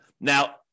Now